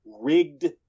rigged